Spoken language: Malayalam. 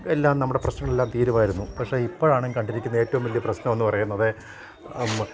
എല്ലാം നമ്മുടെ പ്രശ്നമെല്ലാം തീരുമായിരുന്നു പക്ഷെ ഇപ്പോഴാണ് കണ്ടിരിക്കുന്ന ഏറ്റവും വലിയ പ്രശ്നം എന്ന് പറയുന്നത്